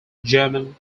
german